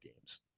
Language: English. games